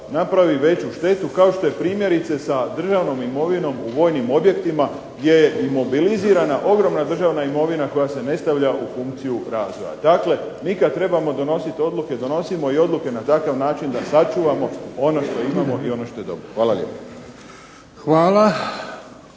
napravi veću štetu kao što je primjerice sa državnom imovinom u vojnim objektima gdje je imobilizirana ogromna državna imovina koja se ne stavlja u funkciju razvoja. Dakle, mi kad trebamo donositi odluke donosimo i odluke na takav način da sačuvamo ono što imamo i ono što je dobro. Hvala lijepo.